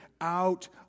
out